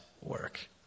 work